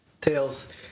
Tails